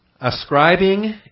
Ascribing